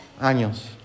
años